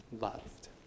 loved